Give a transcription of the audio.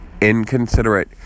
inconsiderate